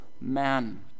man